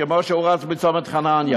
כמו שהוא רץ בצומת חנניה,